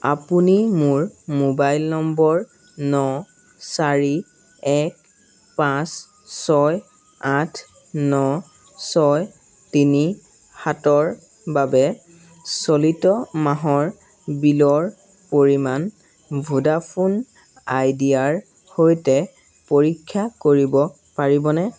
আপুনি মোৰ mobile number ন চাৰি এক পাঁচ ছয় আঠ ন ছয় তিনি সাতৰ বাবে চলিত মাহৰ বিলৰ পৰিমাণ ভোডাফোন আইডিয়াৰ সৈতে পৰীক্ষা কৰিব পাৰিবনে